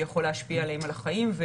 שיכול להשפיע על החיים.